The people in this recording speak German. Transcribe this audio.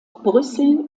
brüssel